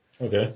Okay